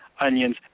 onions